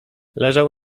leżał